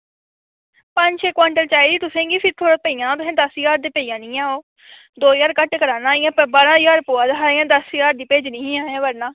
पंज छे क्वांटल चाहिदी तुसेंगी एह् पेई जाना तुसेंगी दस ज्हार दी पेई जानी ओह् दो ज्हार घट्ट कराना इ'यां बारां ज्हार पवा दा हा इ'यां दस ज्हार दी भेजनी ही असें वरना